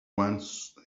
once